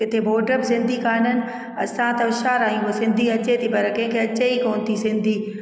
किथे बोर्ड बि सिंधी कान्हनि असां त हुशियारु आहियूं सिंधी अचे थी पर कंहिंखे अचे ई कोन थी सिंधी